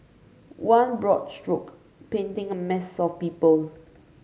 one broad stroke painting a mass of people